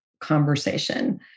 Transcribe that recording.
conversation